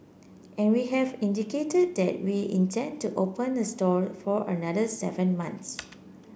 and we have indicated that we intend to open the store for another seven months